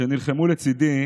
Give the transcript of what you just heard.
שנלחמו לצידי